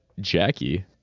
Jackie